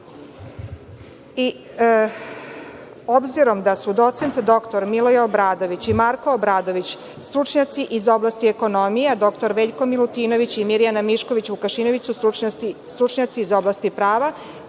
usvojili. Obzirom da su doc. dr Miloje Obradović i Marko Obradović, stručnjaci iz oblasti ekonomije, a dr Veljko Milutinović i Mirjana Mišković Vukašinović su stručnjaci iz oblasti prava,